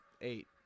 eight